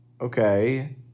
Okay